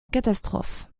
catastrophe